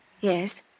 Yes